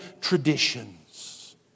traditions